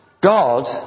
God